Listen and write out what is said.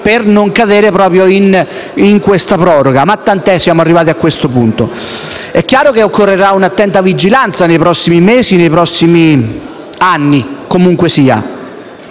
per non cadere in questa proroga. Ma tant'è, siamo arrivati a questo punto. È chiaro che occorrerà un'attenta vigilanza nei prossimi mesi e nei prossimi anni, comunque sia,